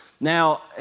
Now